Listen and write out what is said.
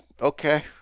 Okay